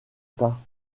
pas